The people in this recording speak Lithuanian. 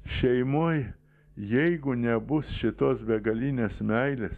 šeimoj jeigu nebus šitos begalinės meilės